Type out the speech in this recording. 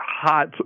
hot